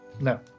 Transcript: no